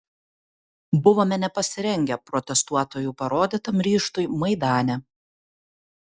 buvome nepasirengę protestuotojų parodytam ryžtui maidane